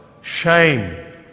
shame